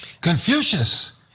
Confucius